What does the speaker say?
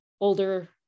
older-